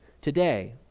today